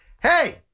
hey